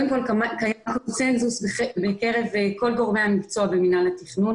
קודם כל קיים קונצנזוס בקרב כל גורמי המקצוע במינהל התכנון